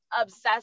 obsessed